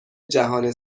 جهان